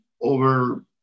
over